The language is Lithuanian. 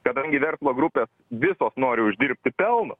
kadangi verslo grupės visos nori uždirbti pelno